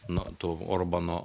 nuo to orbano